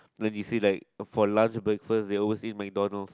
then you see like for lunch breakfast they always eat McDonalds